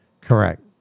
Correct